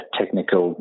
technical